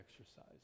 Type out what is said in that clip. exercise